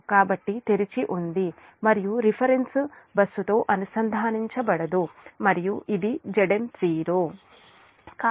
కాబట్టి ఇది తెరిచి ఉంది మరియు రిఫరెన్స్ బస్సుతో అనుసంధానించబడదు మరియు ఇది Zmo